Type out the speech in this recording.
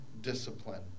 discipline